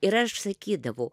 ir aš sakydavau